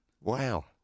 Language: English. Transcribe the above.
wow